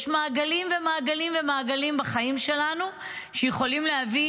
יש מעגלים ומעגלים ומעגלים בחיים שלנו שיכולים להביא